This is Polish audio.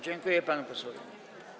Dziękuję panu posłowi.